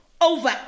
over